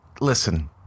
Listen